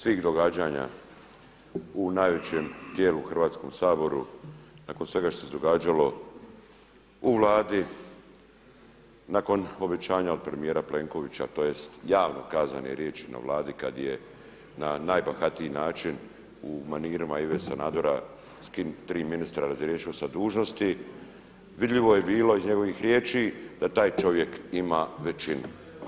Nakon svih događanja u najvećem tijelu Hrvatskom saboru, nakon svega što se događalo u Vladi, nakon obećanja od premijera Plenkovića tj. javno kazane riječi na Vladi kada je na najbahatiji način u manirima Ive Sanadera tri ministra razriješio sa dužnosti, vidljivo je bilo iz njegovih riječi da taj čovjek ima većinu.